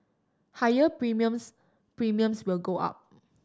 higher premiums Premiums will go up